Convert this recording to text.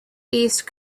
east